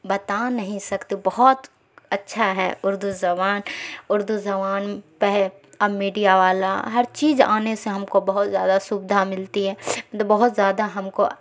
بتا نہیں سکتے بہت اچھا ہے اردو زبان اردو زبان پہ اب میڈیا والا ہر چیز آنے سے ہم کو بہت زیادہ سویدھا ملتی ہے بہت زیادہ ہم کو